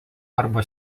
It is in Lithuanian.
arba